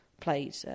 played